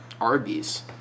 Arby's